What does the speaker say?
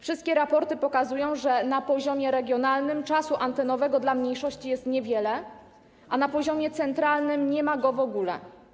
Wszystkie raporty pokazują, że na poziomie regionalnym czasu antenowego dla mniejszości jest niewiele, a na poziomie centralnym nie ma go w ogóle.